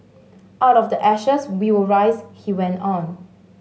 out of the ashes we will rise he went on